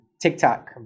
TikTok